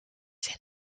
zin